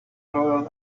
cruel